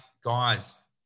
guys